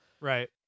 Right